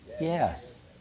yes